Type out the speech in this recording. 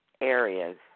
areas